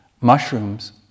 mushrooms